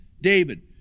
David